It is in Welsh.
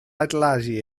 adeiladu